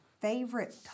favorite